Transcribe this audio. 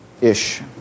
ish